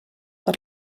per